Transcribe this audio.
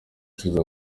ushize